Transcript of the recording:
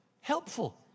helpful